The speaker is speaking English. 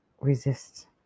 resist